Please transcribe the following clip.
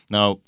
Now